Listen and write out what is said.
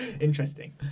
Interesting